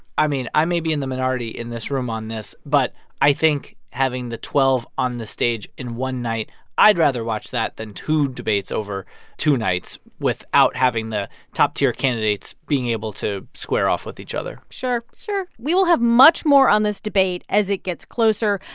i mean, i may be in the minority in this room on this, but i think having the twelve on the stage in one night i'd rather watch that than two debates over two nights without having the top-tier candidates being able to square off with each other sure sure we will have much more on this debate as it gets closer.